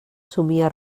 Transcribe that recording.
somia